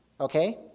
Okay